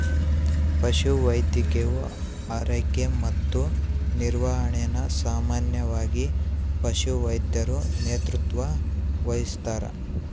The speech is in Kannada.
ಪಶುವೈದ್ಯಕೀಯ ಆರೈಕೆ ಮತ್ತು ನಿರ್ವಹಣೆನ ಸಾಮಾನ್ಯವಾಗಿ ಪಶುವೈದ್ಯರು ನೇತೃತ್ವ ವಹಿಸ್ತಾರ